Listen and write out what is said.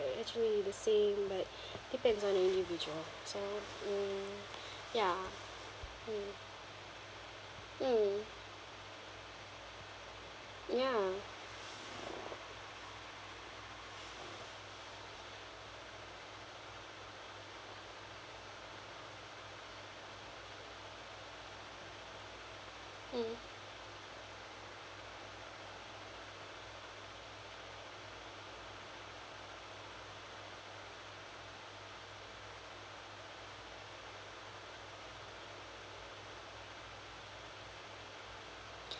actually the same but depends on individual so mm ya mm mm ya mm